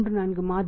34 மாதங்கள்